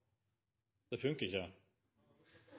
er det ikkje